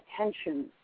attention